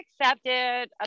accepted